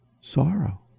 sorrow